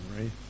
right